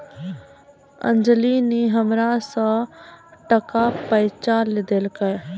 अंजली नी हमरा सौ टका पैंचा देलकै